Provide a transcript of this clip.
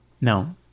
No